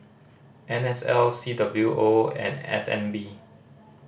N S L C W O and S N B